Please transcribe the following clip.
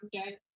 Okay